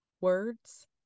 words